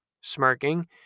smirking